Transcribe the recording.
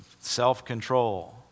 self-control